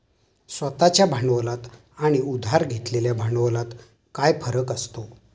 स्वतः च्या भांडवलात आणि उधार घेतलेल्या भांडवलात काय फरक असतो?